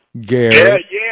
Gary